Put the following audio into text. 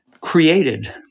created